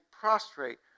prostrate